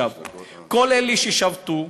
כל אלה ששבתו,